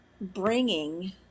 bringing